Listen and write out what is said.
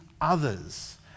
others